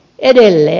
edelleen